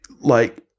like-